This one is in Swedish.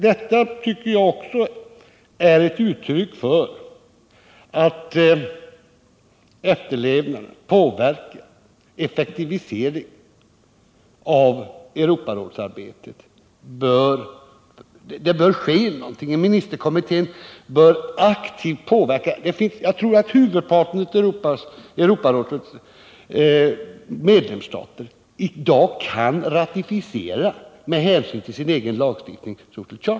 Detta tycker jag också är ett uttryck för att det bör ske någonting för ökad efterlevnad, påverkan och effektivisering i Europarådsarbetet. Ministerkommittén bör aktivt påverka detta. Jag tror att huvudparten av Europarådets medlemsstater i dag kan ratificera Social Charter med hänsyn till sin egen lagstiftning.